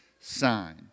sign